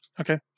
Okay